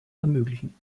ermöglichen